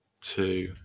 two